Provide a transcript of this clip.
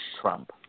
Trump